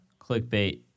clickbait